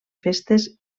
festes